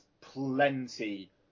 plenty